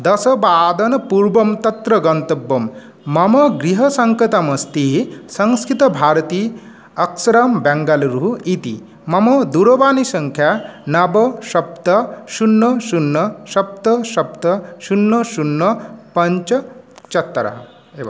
दशवादनात् पूर्वं तत्र गन्तव्यं मम गृहसङ्केतम् अस्ति संस्कृतभारती अक्षरं बेङ्गलूरु इति मम दूरवाणी सङ्ख्या नव सप्त शून्यं शून्यं सप्त सप्त शून्यं शून्यं पञ्च चत्वारि एवम्